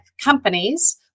companies